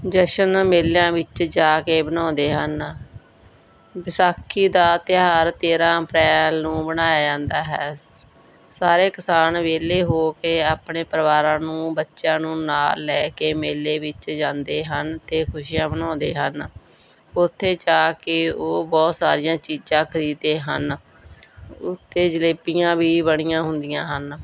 ਜਸ਼ਨ ਮੇਲਿਆਂ ਵਿੱਚ ਜਾ ਕੇ ਮਨਾਉਂਦੇ ਹਨ ਵਿਸਾਖੀ ਦਾ ਤਿਉਹਾਰ ਤੇਰ੍ਹਾਂ ਅਪ੍ਰੈਲ ਨੂੰ ਮਨਾਇਆ ਜਾਂਦਾ ਹੈ ਸ ਸਾਰੇ ਕਿਸਾਨ ਵਿਹਲੇ ਹੋ ਕੇ ਆਪਣੇ ਪਰਿਵਾਰਾਂ ਨੂੰ ਬੱਚਿਆਂ ਨੂੰ ਨਾਲ ਲੈ ਕੇ ਮੇਲੇ ਵਿੱਚ ਜਾਂਦੇ ਹਨ ਅਤੇ ਖੁਸ਼ੀਆਂ ਮਨਾਉਂਦੇ ਹਨ ਉੱਥੇ ਜਾ ਕੇ ਉਹ ਬਹੁਤ ਸਾਰੀਆਂ ਚੀਜ਼ਾਂ ਖਰੀਦਦੇ ਹਨ ਉੱਥੇ ਜਲੇਬੀਆਂ ਵੀ ਬਣੀਆਂ ਹੁੰਦੀਆਂ ਹਨ